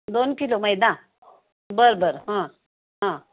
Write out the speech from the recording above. दोन किलो मैदा बरं बरं हां हां